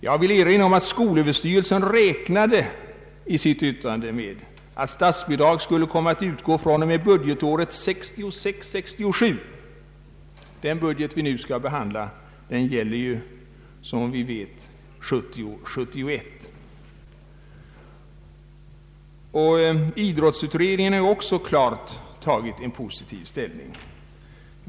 Jag vill erinra om att skolöverstyrelsen i sitt yttrande 1965 räknade med att statsbidraget skulle komma att utgå från och med budgetåret 1966 71. Idrottsutredningen har också klart tagit en positiv ställning.